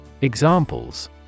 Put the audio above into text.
Examples